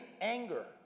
anger